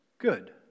good